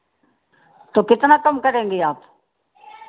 तो कितना कम करेंगी आप